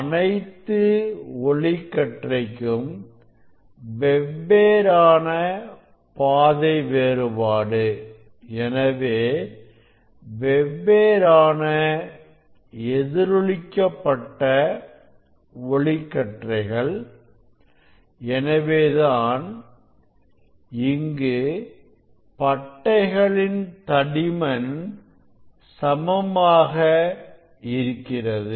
அனைத்து ஒளிக்கற்றைக்கும் வெவ்வேறான பாதை வேறுபாடு எனவே வெவ்வேறான எதிரொலி க்கப்பட்ட ஒளிக்கற்றைகள் எனவேதான் இங்கு பட்டைகளின் தடிமன் சமமாக இருக்கிறது